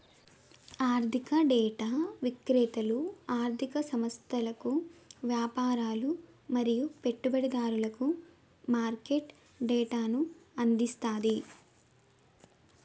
ఆర్థిక డేటా విక్రేతలు ఆర్ధిక సంస్థలకు, వ్యాపారులు మరియు పెట్టుబడిదారులకు మార్కెట్ డేటాను అందిస్తది